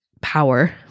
power